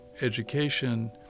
education